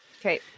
okay